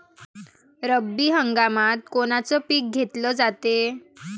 रब्बी हंगामात कोनचं पिक घेतलं जाते?